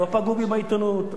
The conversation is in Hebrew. לא פגעו בי בעיתונות.